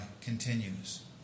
continues